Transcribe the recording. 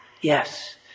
yes